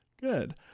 good